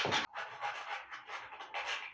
और अब हमनी के खतावा में कितना पैसा ज्यादा भईल बा?